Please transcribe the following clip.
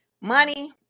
Money